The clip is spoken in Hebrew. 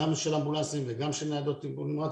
של אמבולנסים וגם של ניידות טיפול נמרץ,